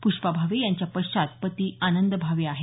पुष्पा भावे यांच्या पश्चात पती आनंद भावे आहेत